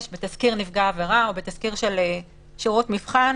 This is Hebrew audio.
ותסקיר נפגע עבירה ותסקיר של שירות מבחן